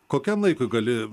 kokiam laikui gali